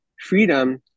Freedom